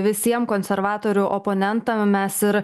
visiem konservatorių oponentam mes ir